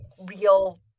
real